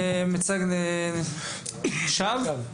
מצג שווא?